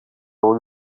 own